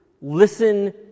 listen